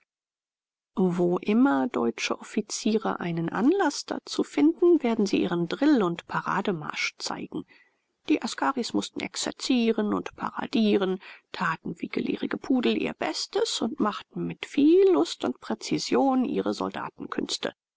wo immer deutsche offiziere einen anlaß dazu finden werden sie ihren drill und parademarsch zeigen die askaris mußten exerzieren und paradieren taten wie gelehrige pudel ihr bestes und machten mit viel lust und präzision ihre